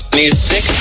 music